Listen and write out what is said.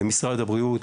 משרד הבריאות,